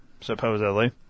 supposedly